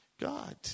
God